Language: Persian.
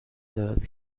دارد